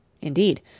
Indeed